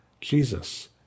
Jesus